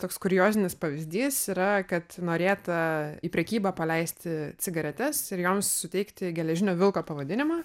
toks kuriozinis pavyzdys yra kad norėta į prekybą paleisti cigaretes ir joms suteikti geležinio vilko pavadinimą